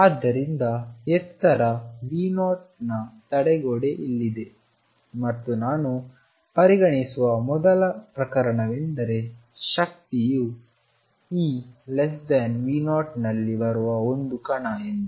ಆದ್ದರಿಂದ ಎತ್ತರ V0 ನ ತಡೆಗೋಡೆ ಇಲ್ಲಿದೆ ಮತ್ತು ನಾನು ಪರಿಗಣಿಸುವ ಮೊದಲ ಪ್ರಕರಣವೆಂದರೆ ಶಕ್ತಿಯು EV0 ನಲ್ಲಿ ಬರುವ ಒಂದು ಕಣ ಎಂದು